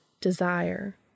desire